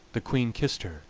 the queen kissed her,